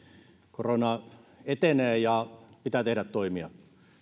korona etenee ja pitää tehdä toimia